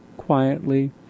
Quietly